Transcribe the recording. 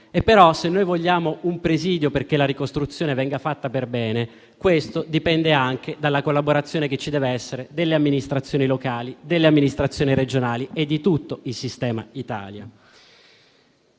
Se però vogliamo un presidio perché la ricostruzione venga fatta per bene, questo dipende anche dalla collaborazione che ci dev'essere delle amministrazioni locali, delle amministrazioni regionali e di tutto il sistema Italia.